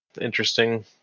interesting